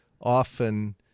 often